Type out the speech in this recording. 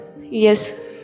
Yes